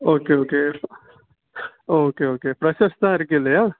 okay okay okay okay ஃப்ரெஷ்ஷஸ்தான் இருக்குது இல்லையா